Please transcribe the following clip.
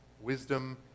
wisdom